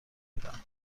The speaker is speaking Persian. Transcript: میرم